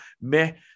mais